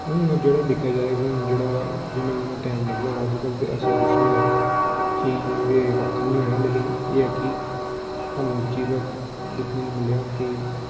ते हून जेहड़ा दिक्खेआ जाए ते हून जेहड़ा जिन्ना जिन्ना टैम निकला दा अजकल्ल ते ऐसा कुछ निं है चेंज ते कक्ख निं होएआ लेकिन एह् है कि सानूं इक चीज दा दिक्खने गी मिलेआ कि